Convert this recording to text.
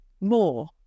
more